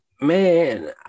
man